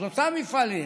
אז אותם מפעלים